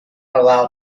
allowed